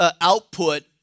output